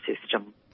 system